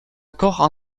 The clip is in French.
accord